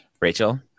Rachel